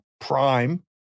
prime